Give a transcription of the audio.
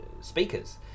speakers